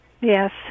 Yes